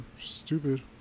stupid